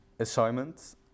Assignment